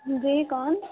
جی کون